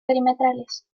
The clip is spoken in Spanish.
perimetrales